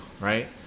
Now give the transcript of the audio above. right